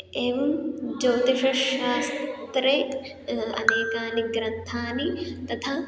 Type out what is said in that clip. एवं ज्योतिषशास्त्रे अनेकानि ग्रन्थानि तथा